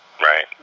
Right